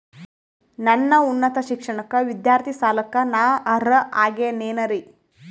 ನನ್ನ ಉನ್ನತ ಶಿಕ್ಷಣಕ್ಕ ವಿದ್ಯಾರ್ಥಿ ಸಾಲಕ್ಕ ನಾ ಅರ್ಹ ಆಗೇನೇನರಿ?